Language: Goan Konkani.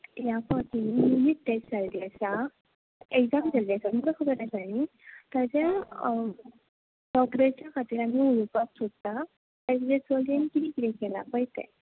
ह्या फावटी युनीट टॅस्ट जाल्ली आसा एग्झाम जाल्ली आसा तुमकां खबर आसा न्ही ताच्या प्रोग्रेसा खातीर आमी उलोवपाक सोदता तुज्या चलयेन कितें कितें केला पळय तें